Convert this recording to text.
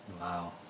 Wow